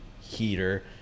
heater